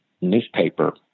newspaper